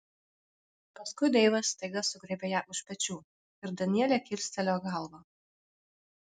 paskui deivas staiga sugriebė ją už pečių ir danielė kilstelėjo galvą